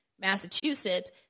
Massachusetts